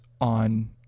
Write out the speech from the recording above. on